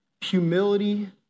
humility